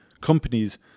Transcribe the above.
companies